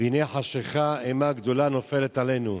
הנה חשכה אימה גדולה נופלת עלינו.